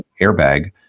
airbag